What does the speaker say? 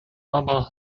aber